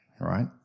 right